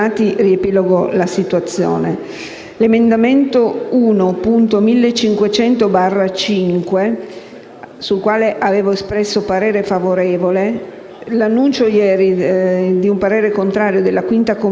Come da comunicazione che abbiamo appena ascoltato dal presidente Tonini, il quale ha confermato la presenza di una relazione tecnica e di un parere favorevole, confermo il mio parere favorevole.